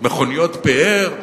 מכוניות פאר,